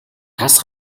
тас